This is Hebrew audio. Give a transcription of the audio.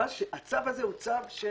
הצו הזה הוא צו של